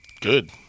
Good